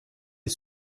est